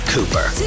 Cooper